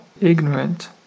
ignorant